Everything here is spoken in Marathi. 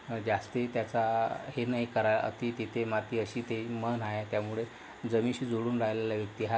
जास्तीत त्याचा हे नाही करा अति तिथे माती अशी ते एक म्हण आहे त्यामुळे जमिनीशी जुळून राहिलेला व्यक्ती हा